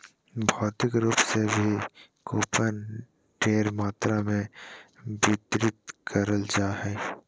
भौतिक रूप से भी कूपन ढेर मात्रा मे वितरित करल जा हय